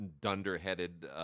dunderheaded